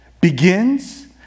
begins